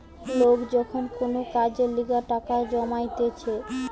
লোক যখন কোন কাজের লিগে টাকা জমাইতিছে